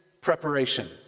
preparation